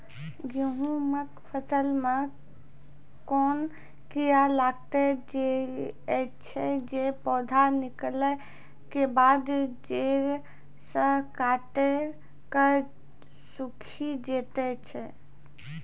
गेहूँमक फसल मे कून कीड़ा लागतै ऐछि जे पौधा निकलै केबाद जैर सऽ काटि कऽ सूखे दैति छै?